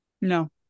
no